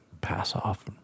pass-off